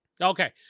Okay